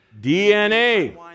DNA